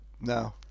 no